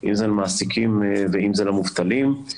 אם זה למעסיקים ואם זה למובטלים.